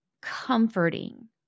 comforting